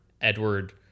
Edward